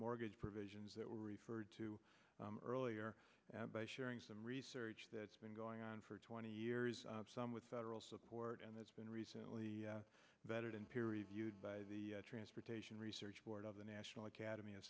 mortgage provisions that were referred to earlier by sharing some research that's been going on for twenty years some with federal support and that's been recently bettered in peer reviewed by the transportation research board of the national academy of